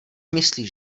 myslíš